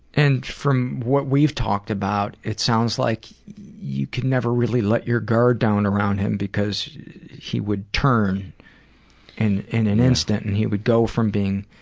and, from what we've talked about, it sounds like you could never really let your guard down around him because he would turn in in an instant, and he would go from being